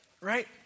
right